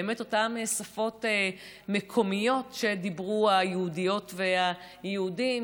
באמת אותן שפות מקומיות שדיברו היהודיות והיהודים,